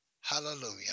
hallelujah